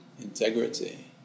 integrity